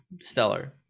Stellar